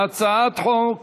[הצעת חוק